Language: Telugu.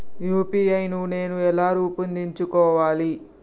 యూ.పీ.ఐ నేను ఎలా రూపొందించుకోవాలి?